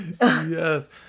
Yes